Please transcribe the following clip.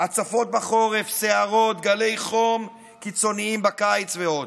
הצפות בחורף, סערות, גלי חום קיצוניים בקיץ ועוד,